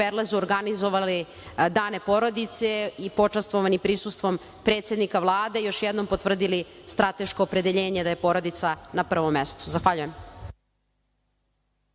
Perlezu organizovali "Dane porodice" i počastvovani prisustvom predsednika Vlade još jednom potvrdili strateško opredeljenje da je porodica na prvom mestu. Zahvaljujem.